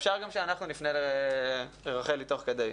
אפשר גם שאנחנו נפנה לרחלי תוך כדי,